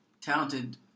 talented